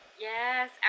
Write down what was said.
yes